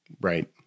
Right